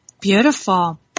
Beautiful